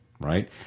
right